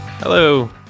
Hello